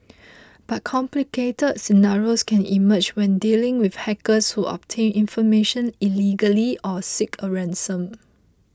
but complicated scenarios can emerge when dealing with hackers who obtain information illegally or seek a ransom